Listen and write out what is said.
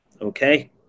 Okay